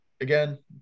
Again